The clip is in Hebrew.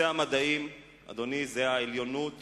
המדעים הם העליונות